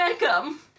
welcome